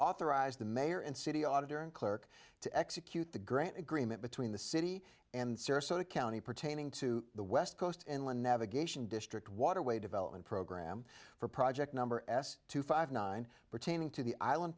authorize the mayor and city auditor and clerk to execute the grant agreement between the city and sarasota county pertaining to the west coast and one navigation district waterway development program for project number s two five nine pertaining to the island